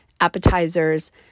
appetizers